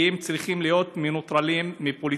כי הם צריכים להיות מנוטרלים מפוליטיקה,